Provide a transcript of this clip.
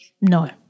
No